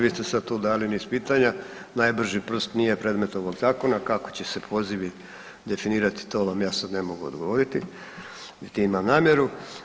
Vi ste sad tu dali niz pitanja, najbrži prst nije predmet ovog Zakona kako će se pozivi definirati, to vam ja sad ne mogu odgovoriti niti imam namjeru.